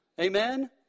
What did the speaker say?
Amen